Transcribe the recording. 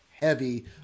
heavy